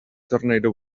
tornado